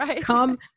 come